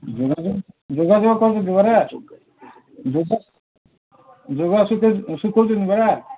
ଯୋଗ ଯୋଗାଯୋଗ କରୁଛି ପରା ଯ ଯୋଗାଯୋଗ କରୁଛ ପରା